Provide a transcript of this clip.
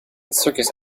circus